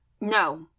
No